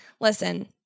listen